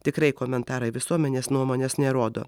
tikrai komentarai visuomenės nuomonės nerodo